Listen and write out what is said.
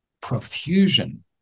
profusion